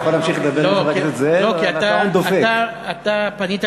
אתה יכול להמשיך לדבר עם חבר הכנסת זאב,